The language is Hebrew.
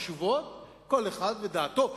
חשובות, כל אחד ודעתו.